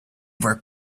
were